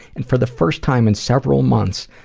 and for the first time in several months,